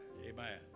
Amen